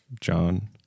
John